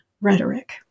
rhetoric